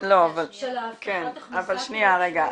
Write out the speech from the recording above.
לפחות של ההבטחת הכנסה -- אבל שנייה רגע.